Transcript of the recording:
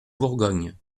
bourgogne